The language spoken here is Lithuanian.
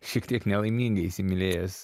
šiek tiek nelaimingai įsimylėjęs